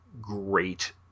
great